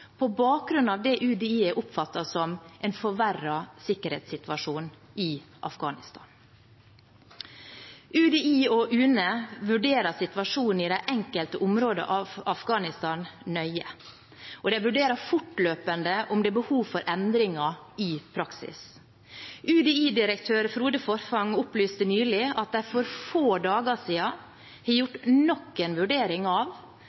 på bakgrunn av det UDI har oppfattet som en forverret sikkerhetssituasjon i Afghanistan. UDI og UNE vurderer situasjonen i de enkelte områdene av Afghanistan nøye, og de vurderer fortløpende om det er behov for endringer i praksis. UDI-direktør Frode Forfang opplyste nylig at de for få dager siden har gjort nok en vurdering av